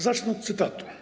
Zacznę od cytatu.